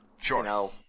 Sure